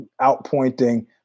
outpointing